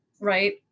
right